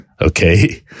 okay